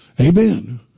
Amen